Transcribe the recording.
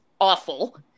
awful